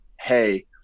hey